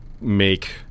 make